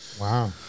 Wow